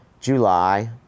July